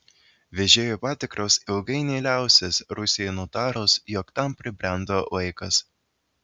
vežėjų patikros ilgainiui liausis rusijai nutarus jog tam pribrendo laikas